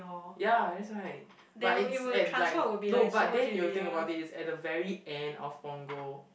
ya that's why but it's at like no but then you think about it's at the very end of punggol